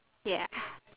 ya